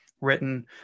written